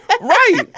right